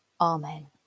Amen